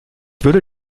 würde